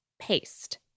paste